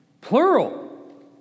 plural